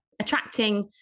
attracting